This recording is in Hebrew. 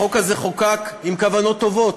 החוק הזה חוקק עם כוונות טובות.